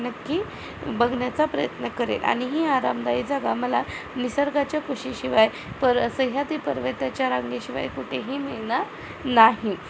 नक्की बघण्याचा प्रयत्न करेल आणि ही आरामदायी जागा मला निसर्गाच्या कुशीशिवाय पर सह्यादी पर्वताच्या रांगेशिवाय कुठेही मिळणार नाही